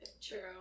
true